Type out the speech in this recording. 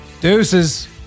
Deuces